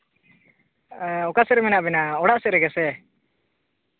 ᱚᱠᱟ ᱥᱮᱫ ᱨᱮ ᱢᱮᱱᱟᱜ ᱵᱮᱱᱟᱹ ᱚᱲᱟᱜ ᱥᱮᱫ ᱨᱮᱜᱮ ᱥᱮ